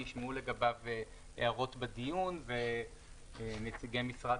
נשמעו לגביו הערות בדיון ונציגי משרד